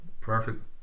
perfect